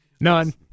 None